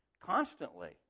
constantly